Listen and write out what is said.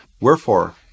Wherefore